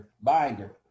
binder